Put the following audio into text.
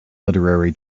literary